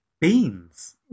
Beans